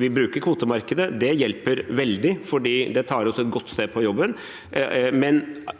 Vi bruker kvotemarkedet, og det hjelper veldig, for det tar oss et godt steg videre